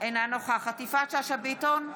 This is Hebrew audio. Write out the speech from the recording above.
אינה נוכחת יפעת שאשא ביטון,